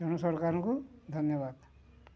ତେଣୁ ସରକାରଙ୍କୁ ଧନ୍ୟବାଦ